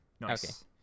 Nice